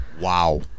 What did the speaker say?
Wow